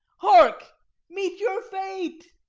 harka meet your fate!